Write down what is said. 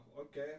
okay